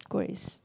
Grace